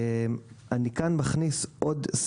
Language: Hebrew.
נכון.